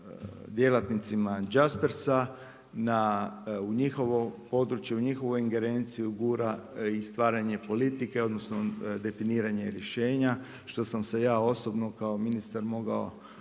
djelatnicima Jaspersa u njihovo područje u njihovoj ingerenciju ugura i stvaranje politike odnosno definiranje rješenja što sam se ja osobno kao ministar mogao